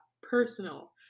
personal